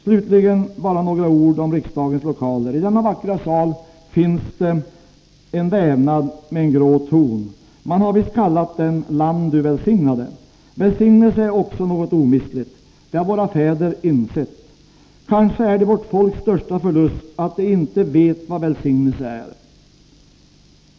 Slutligen vill jag bara säga några ord om riksdagens lokaler. I denna vackra sal finns det en vävnad med en grå ton. Man har visst kallat den Land du välsignade. Välsignelse är också något omistligt. Det har våra fäder insett. Kanske är det vårt folks största förlust att det inte vet vad välsignelse är.